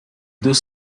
deux